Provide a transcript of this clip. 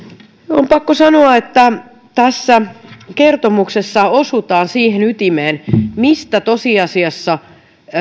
on pakko sanoa että tässä kertomuksessa osutaan siihen ytimeen mistä tosiasiassa